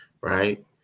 right